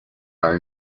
are